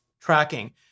tracking